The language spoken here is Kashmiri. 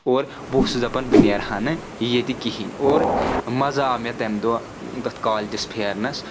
اور بہٕ اوسُس دَپان بہٕ نیٚرٕہا نہ ییٚتہِ کہیٖنۍ اور مَزٕ آو مےٚ تَمہِ دۄہ تتھ کالجس پھیرنس